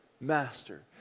master